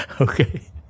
Okay